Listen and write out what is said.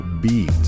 Beat